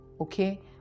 Okay